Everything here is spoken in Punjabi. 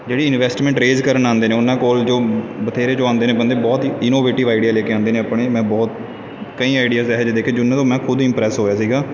ਜਿਹੜੀ ਇਨਵੈਸਟਮੈਂਟ ਰੇਜ ਕਰਨ ਆਉਂਦੇ ਨੇ ਉਹਨਾਂ ਕੋਲ ਜੋ ਬਥੇਰੇ ਜੋ ਆਉਂਦੇ ਨੇ ਬੰਦੇ ਬਹੁਤ ਇਨੋਵੇਟਿਵ ਆਈਡੀਆ ਲੈ ਕੇ ਆਉਂਦੇ ਨੇ ਆਪਣੇ ਮੈਂ ਬਹੁਤ ਕਈ ਆਈਡੀਆਸ ਇਹੋ ਜਿਹੇ ਦੇਖੇ ਜਿਨ੍ਹਾਂ ਤੋਂ ਮੈਂ ਖੁਦ ਇਮਪ੍ਰੇਸ ਹੋਇਆ ਸੀਗਾ